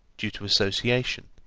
due to association.